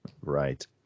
Right